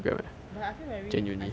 but I feel very isolated